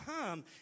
time